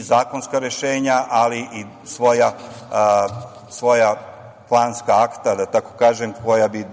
zakonska rešenja, ali i svoja planska akta, da tako kažem, koja bi